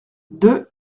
deux